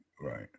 Right